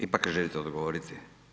Ipak želite odgovoriti?